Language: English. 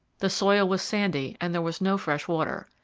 the soil was sandy and there was no fresh water.